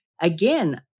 again